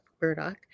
burdock